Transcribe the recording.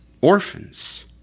orphans